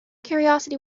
curiosity